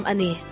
Ani